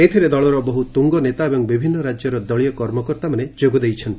ଏଥିରେ ଦଳର ବହୁ ତୁଙ୍ଗ ନେତା ଏବଂ ବିଭିନ୍ନ ରାଜ୍ୟର ଦଳୀୟ କର୍ମକର୍ତ୍ତାମାନେ ଯୋଗ ଦେଇଛନ୍ତି